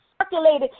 circulated